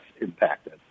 impacted